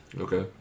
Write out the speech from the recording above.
Okay